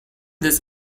this